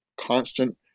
constant